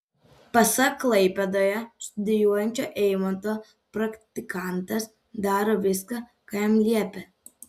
pasak klaipėdoje studijuojančio eimanto praktikantas daro viską ką jam liepia